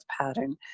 pattern